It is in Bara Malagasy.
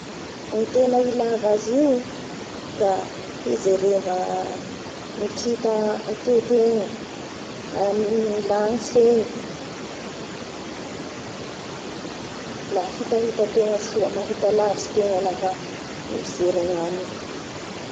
Ny tena ilaiva azy io da hijereva ny kita atety egny amin'ny lagnitsy egny la hitahitatenga soa, mahita lavitsy tegna afa mijery agnaminy.